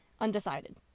undecided